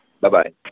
Bye-bye